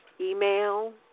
email